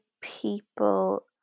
people